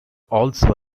also